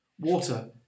Water